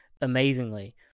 amazingly